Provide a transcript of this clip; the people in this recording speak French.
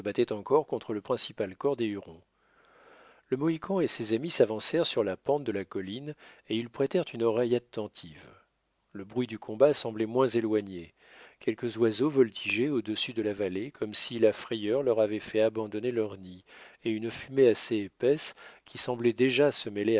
encore contre le principal corps des hurons le mohican et ses amis s'avancèrent sur la pente de la colline et ils prêtèrent une oreille attentive le bruit du combat semblait moins éloigné quelques oiseaux voltigeaient audessus de la vallée comme si la frayeur leur avait fait abandonner leurs nids et une fumée assez épaisse qui semblait déjà se